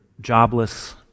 jobless